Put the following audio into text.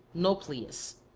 nauplius.